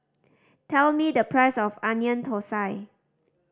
tell me the price of Onion Thosai